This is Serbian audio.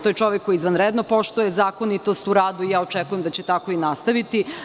To je čovek koji izvanredno poštuje zakonitost u radu i ja očekujem da će tako i nastaviti.